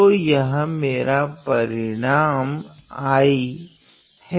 तो यह मेरा परिणाम I हैं